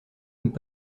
comme